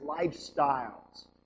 lifestyles